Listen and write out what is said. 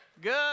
Good